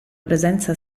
presenza